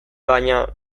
baina